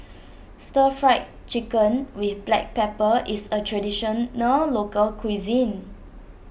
Stir Fried Chicken with Black Pepper is a Traditional Local Cuisine